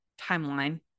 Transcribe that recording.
timeline